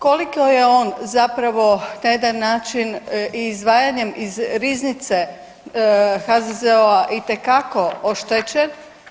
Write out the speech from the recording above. Koliko je on zapravo na jedan način izdvajanjem iz riznice HZZO-a itekako oštećen?